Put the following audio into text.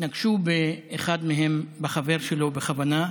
התנגשו באחד מהם, בחבר שלו, בכוונה.